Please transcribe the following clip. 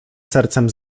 sercem